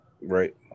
Right